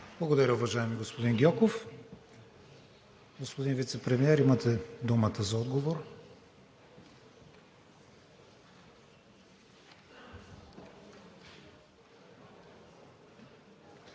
Благодаря, уважаеми господин Адемов. Господин Вицепремиер, имате думата за отговор.